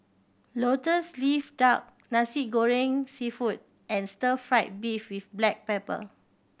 Lotus Leaf Duck Nasi Goreng Seafood and stir fried beef with black pepper